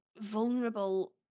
vulnerable